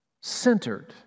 centered